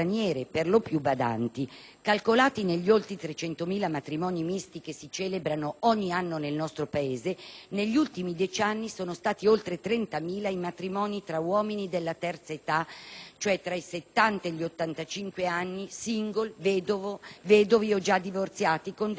Calcolati negli oltre 300.000 matrimoni misti che si celebrano ogni anno nel nostro Paese, negli ultimi dieci anni sono stati oltre 30.000 i matrimoni tra uomini della terza età, cioè tra i 70 e gli 85 anni, *single*, vedovi o già divorziati, e giovanissime straniere.